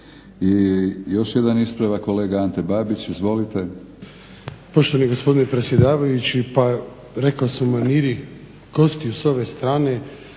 I još jedan ispravak, kolega Ante Babić. Izvolite.